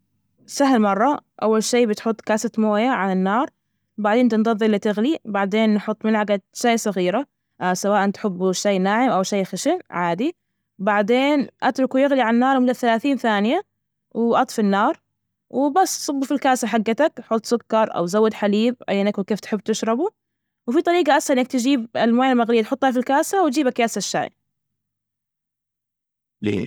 سهل مرة، أول شي بتحط كاسة مويه على النار. بعدين تنتظر لتغلي بعدين نحط ملعجة شاي صغيرة سواءا تحبه شاي ناعم أو شاي خشن عادي. بعدين أتركه يغلي على النار لمدة ثلاثين ثانية وأطفي النار وبس. صبوا في الكاسة حجتك حط سكر أو زود حليب عينك وكيف تحب تشربه. وفي طريجة أصلا إنك تجيب المويه المغرية تحطها في الكاسة وتجيب أكياس الشاي.